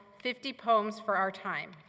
fifty poems for our time.